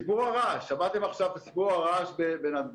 סיפור הרעש שמעתם עכשיו על סיפור הרעש בנתב"ג.